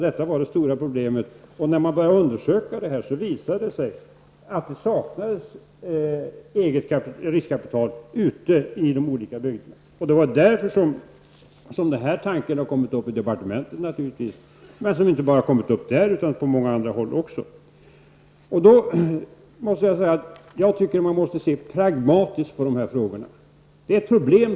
Det var det stora problemet. När man började undersöka detta visade det sig att det saknades eget riskkapital ute i bygderna. Därför har denna tanke kommit upp i departementet. Den har dock uppkommit även på andra håll. Jag tycker att man måste se pragmatiskt på dessa frågor. Vi måste lösa ett problem.